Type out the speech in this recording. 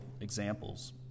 examples